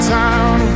town